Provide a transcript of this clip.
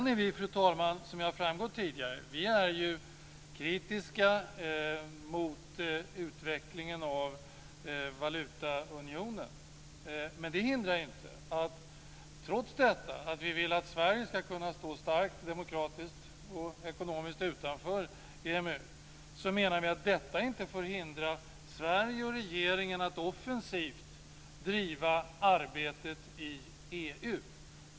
Vi är, fru talman, som ju har framgått tidigare, kritiska mot utvecklingen av valutaunionen, men att vi vill att Sverige ska kunna stå starkt demokratiskt och ekonomiskt utanför EMU får enligt vår mening inte hindra Sverige och regeringen att offensivt driva arbetet i EU.